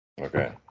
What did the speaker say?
Okay